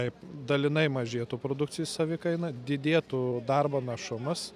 taip dalinai mažėtų produkcijos savikaina didėtų darbo našumas